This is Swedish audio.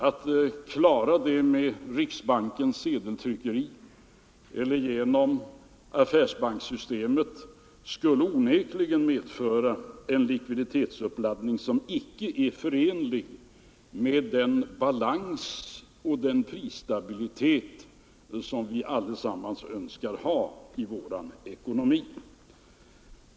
Att klara det med riksbankens sedeltryckeri eller genom affärsbankssystemet skulle onekligen medföra en likviditetsuppladdning som icke är förenlig med den balans och den prisstabilitet som vi allesammans önskar ha i vår ekonomi.